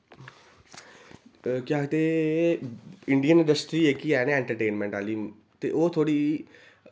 ते केह् आखदे इंडियन गश्ती जेह्की ऐ ना ऐन्टरटेनमैंट आह्ली हून ते ओह् थोह्ड़ी